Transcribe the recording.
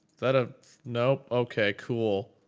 that a no, okay cool.